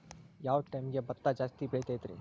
ಯಾವ ಟೈಮ್ಗೆ ಭತ್ತ ಜಾಸ್ತಿ ಬೆಳಿತೈತ್ರೇ?